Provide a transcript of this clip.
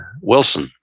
Wilson